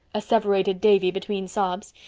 asseverated davy between sobs.